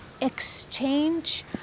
exchange